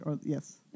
Yes